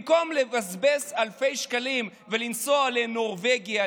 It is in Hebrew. במקום לבזבז אלפי שקלים ולנסוע לנורבגיה,